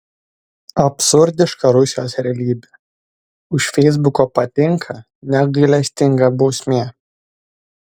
absurdiška rusijos realybė už feisbuko patinka negailestinga bausmė